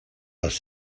les